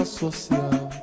social